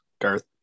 Garth